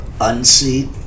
unseat